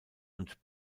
und